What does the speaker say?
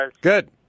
good